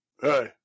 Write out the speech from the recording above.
hey